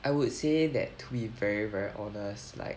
I would say that to be very very honest like